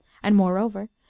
and, moreover,